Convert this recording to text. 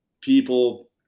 people